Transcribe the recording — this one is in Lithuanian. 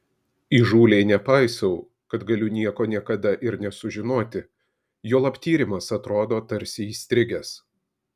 įžūliai nepaisau kad galiu nieko niekada ir nesužinoti juolab tyrimas atrodo tarsi įstrigęs